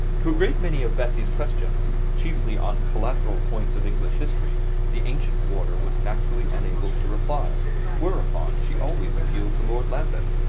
to a great many of bessie's questions chiefly on collateral points of english history the ancient warder was naturally unable to reply whereupon she always appealed to lord lambeth.